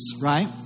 right